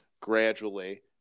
gradually